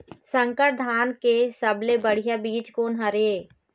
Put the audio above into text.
संकर धान के सबले बढ़िया बीज कोन हर ये?